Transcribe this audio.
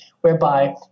whereby